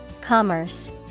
Commerce